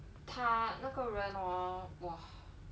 他那个人 hor !wah!